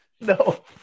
No